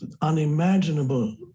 unimaginable